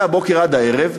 מהבוקר עד הערב,